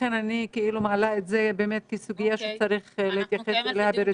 אני מעלה את זה כסוגיה שצריך להתייחס אליה ברצינות.